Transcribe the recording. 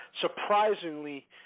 surprisingly